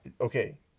Okay